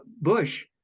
Bush